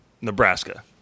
Nebraska